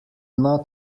not